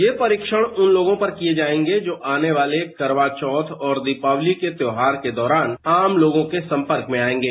यह परीक्षण उन लोगों पर किए जाएंगे जो आने वाले करवाचौथ और दीपावली के त्यौहार के दौरान आम लोगों के संपर्क में आएंगे